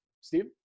Steve